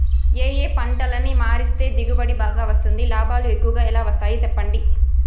ఏ ఏ పంటలని మారిస్తే దిగుబడి బాగా వస్తుంది, లాభాలు ఎక్కువగా ఎలా వస్తాయి సెప్పండి